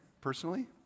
personally